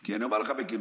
כי אני אומר לך בכנות: